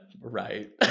right